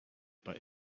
but